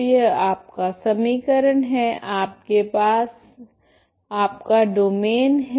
तो यह आपका समीकरण है आपके पास आपका डोमैन है